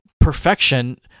perfection